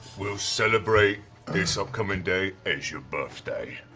we'll celebrate this upcoming day as your birthday.